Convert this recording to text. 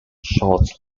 short